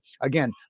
again